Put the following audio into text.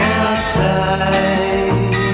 outside